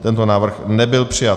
Tento návrh nebyl přijat.